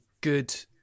good